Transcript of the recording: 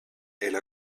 elle